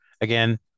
again